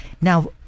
Now